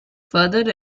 furthered